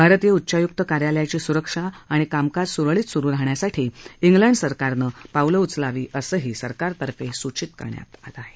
भारतीय उच्चायुक्त कार्यालयाची सुरक्षा आणि कामकाज सुरळीत सुरु राहण्यासाठी इंग्लंड सरकारनं पावलं उचलावी असंही सरकारतर्फे सूचित करण्यात आलं आहे